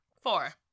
Four